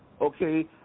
okay